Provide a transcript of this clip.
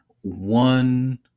one